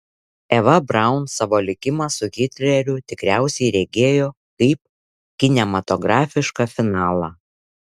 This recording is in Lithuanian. eva braun savo likimą su hitleriu tikriausiai regėjo kaip kinematografišką finalą